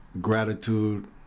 gratitude